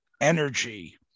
energy